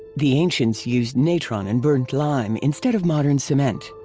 the ancients used natron and burnt lime instead of modern cement.